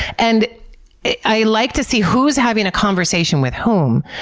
and i like to see who's having a conversation with whom,